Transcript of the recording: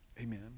Amen